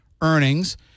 earnings